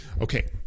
Okay